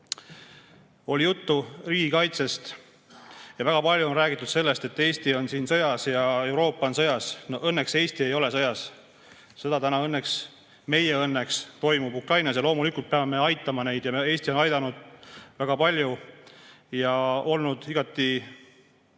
Oli juttu riigikaitsest. Väga palju on räägitud sellest, et Eesti on sõjas ja Euroopa on sõjas. Õnneks Eesti ei ole sõjas, sõda on praegu meie õnneks Ukrainas. Loomulikult peame aitama ukrainlasi. Eesti on aidanud väga palju, on olnud igati